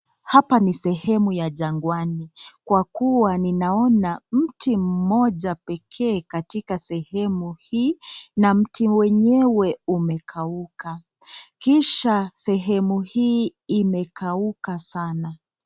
Hapa ni sehemu ya jangwani. Kwa kuwa, ninaona mti moja pekee katika sehemu hii na mti wenyewe umekauka. Kisha, sehemu hii imekauka sana.